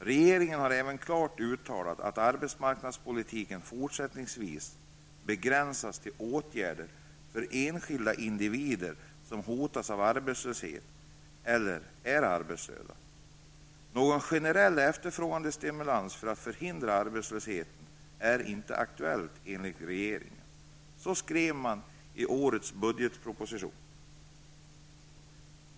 Regeringen har även klart uttalat att arbetsmarknadspolitiken fortsättningsvis begränsas till åtgärder för den enskilde individen som hotas av arbetslöshet eller som är arbetslös. Någon generell efterfrågestimulans för att förhindra arbetslöshet är inte aktuell enligt vad regeringen skriver i årets budgetproposition.